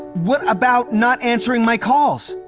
what about not answering my calls?